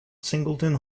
singleton